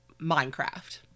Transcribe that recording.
Minecraft